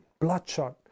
bloodshot